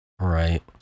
Right